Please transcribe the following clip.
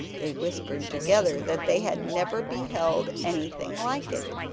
they whispered together that they had never beheld anything like it.